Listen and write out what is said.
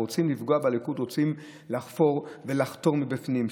רוצים לפגוע בליכוד, רוצים לחפור ולחתור מבפנים.